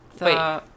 wait